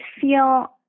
feel